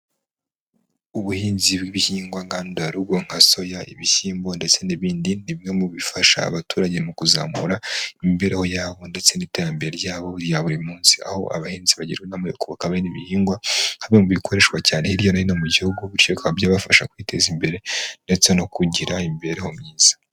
Ubuhinzibw'ibihingwa ngandurarugo nka soya, ibishyimbo ndetse n'ibindi, ni bimwe mu bifasha abaturage mu kuzamura imibereho yabo, ndetse n'iterambere ryabo rya buri munsi, aho abahinzi bagirwa inama yo kubika bene Ibyo bihingwa nka bimwe mu bikoreshwa cyane hirya no hino mu gihugu, bityo byabafasha kwiteza imbere ndetse no kugira imibereho myiza.